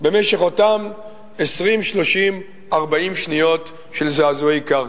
במשך אותן 40-30-20 שניות של זעזועי קרקע.